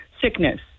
sickness